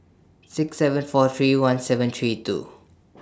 six seven four three one seven three two